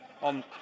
on